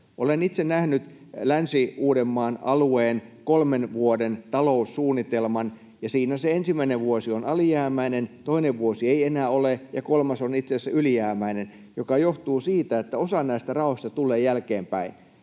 Olen itse nähnyt Länsi-Uudenmaan alueen kolmen vuoden taloussuunnitelman, ja siinä se ensimmäinen vuosi on alijäämäinen, toinen vuosi ei enää ole ja kolmas on itse asiassa ylijäämäinen, mikä johtuu siitä, että osa näistä rahoista tulee jälkeenpäin.